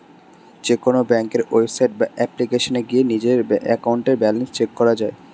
যেকোনো ব্যাংকের ওয়েবসাইট বা অ্যাপ্লিকেশনে গিয়ে নিজেদের অ্যাকাউন্টের ব্যালেন্স চেক করা যায়